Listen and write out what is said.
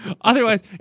Otherwise –